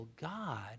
God